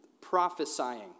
prophesying